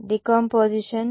decomposition